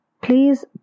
please